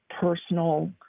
personal